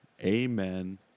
amen